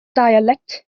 dialect